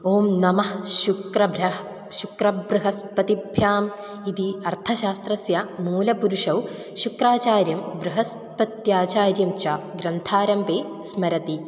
ओं नमः शुक्रेभ्यः शुक्रबृहस्पतिभ्याम् इति अर्थशास्त्रस्य मूलपुरुषौ शुक्राचार्यं बृहस्पत्याचार्यं च ग्रन्थारम्भे स्मरति